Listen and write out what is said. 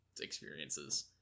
experiences